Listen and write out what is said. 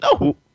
No